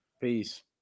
peace